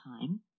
time